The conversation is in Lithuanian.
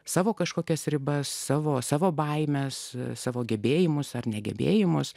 savo kažkokias ribas savo savo baimes savo gebėjimus ar negebėjimus